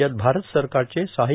यात भारत सरकारचे सहा